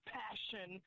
passion